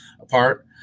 apart